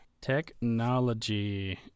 Technology